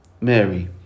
Mary